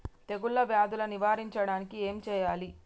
తెగుళ్ళ వ్యాధులు నివారించడానికి ఏం చేయాలి?